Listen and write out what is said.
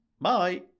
Bye